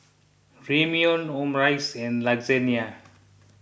Ramyeon Omurice and Lasagne